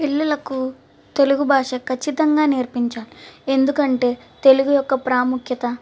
పిల్లలకు తెలుగు భాష ఖచ్చితంగా నేర్పించాలి ఎందుకంటే తెలుగు యొక్క ప్రాముఖ్యత